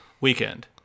Weekend